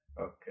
Okay